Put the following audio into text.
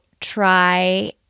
try